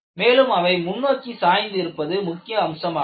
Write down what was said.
மேலும் அவை முன்னோக்கி சாய்ந்து இருப்பது முக்கிய அம்சமாகும்